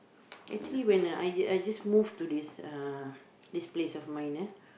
actually when I just I just move to this place of mine ah